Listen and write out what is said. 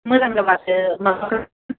मोजां जाबासो माबागोन